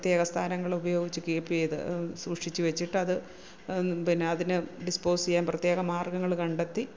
പ്രത്യേക സ്ഥാനങ്ങളുപയോഗിച്ച് കീപ്പ് ചെയ്തു സൂക്ഷിച്ച് വെച്ചിട്ടത് പിന്നെ അതിനെ ഡിസ്പോസ് ചെയ്യാന് പ്രത്യേക മാര്ഗ്ഗങ്ങൾ കണ്ടെത്തി